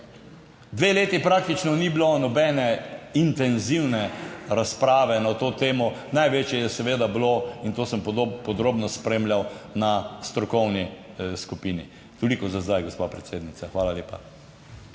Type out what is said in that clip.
dve leti praktično ni bilo nobene intenzivne razprave na to temo, največje je seveda bilo in to sem podrobno spremljal na strokovni skupini. Toliko za zdaj, gospa predsednica, hvala lepa.